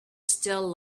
still